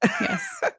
yes